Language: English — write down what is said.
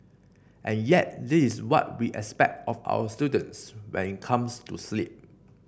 and yet this is what we expect of our students when it comes to sleep